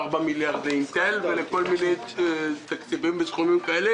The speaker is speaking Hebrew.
ול-4 מיליארד לאינטל ולכל מיני תקציבים בסכומים כאלה.